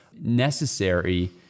necessary